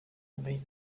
lake